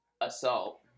assault